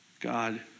God